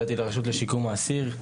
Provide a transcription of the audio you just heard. הגעתי לרשות לשיקום האסיר,